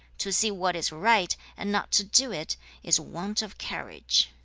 to see what is right and not to do it is want of courage